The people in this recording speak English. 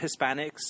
Hispanics